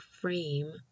frame